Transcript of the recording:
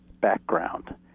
background